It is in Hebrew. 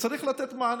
צריך לתת מענה.